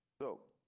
so.